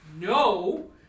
no